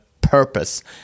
purpose